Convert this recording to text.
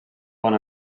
bon